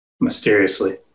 Mysteriously